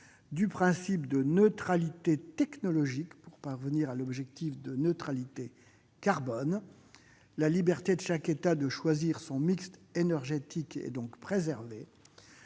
du principe de neutralité technologique pour parvenir à l'objectif de neutralité carbone. La liberté de chaque État de choisir son mix énergétique est donc préservée.